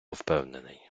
впевнений